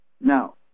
Now